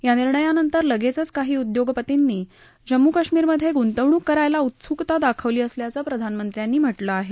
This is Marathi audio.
या निर्णयानंतर लगेचच काही उद्योगपतींनी जम्मू कश्मीरमधै गृंतवणूक करायला उत्स्कता दाखवली असल्याचं प्रधानमंत्र्यांनी म्हटलं आहे